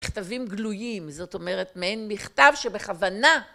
מכתבים גלויים. זאת אומרת, מעין מכתב שבכוונה...